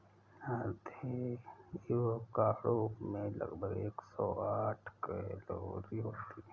आधे एवोकाडो में लगभग एक सौ साठ कैलोरी होती है